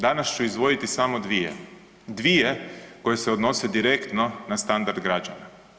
Danas ću izdvojiti samo dvije, dvije koje se odnose direktno na standard građana.